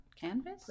Canvas